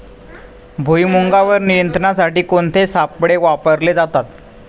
भुईमुगावर नियंत्रणासाठी कोणते सापळे वापरले जातात?